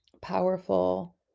powerful